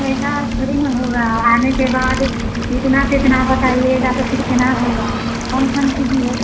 वैसा थोड़ी ना होगा आने के बाद इतना से इतना बताइएगा तो फिर कितना होगा कम सम कीजिए